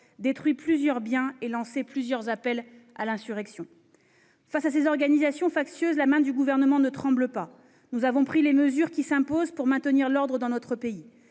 détruit nombre de biens et lancé plusieurs appels à l'insurrection. Face à ces organisations factieuses, la main du Gouvernement ne tremble pas. Nous avons pris les mesures qui s'imposent pour maintenir l'ordre dans notre pays.